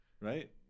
right